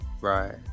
Right